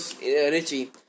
Richie